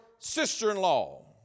sister-in-law